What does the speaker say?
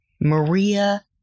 Maria